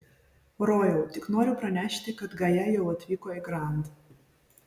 rojau tik noriu pranešti kad gaja jau atvyko į grand